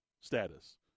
status